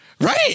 right